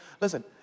listen